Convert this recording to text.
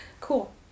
Cool